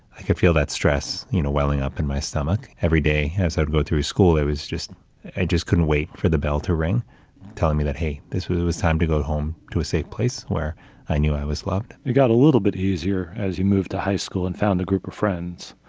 i could feel that stress, you know, welling up in my stomach. every day as i go through school, it was just, i just couldn't wait for the bell to ring telling me that hey, this was it was time to go home to a safe place where i knew i was loved. it got a little bit easier as you moved to high school and found a group of friends,